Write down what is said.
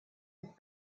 est